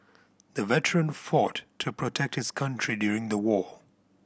the veteran fought to protect his country during the war